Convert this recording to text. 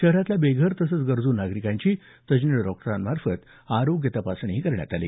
शहरातल्या बेघर तसंच गरज़् नागरिकांची तज्ज्ञ डॉक्टरांमार्फत आरोग्य तपासणीही करण्यात आली